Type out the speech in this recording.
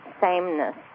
sameness